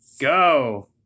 Go